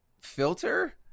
filter